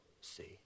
see